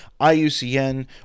IUCN